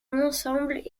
ensemble